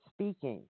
speaking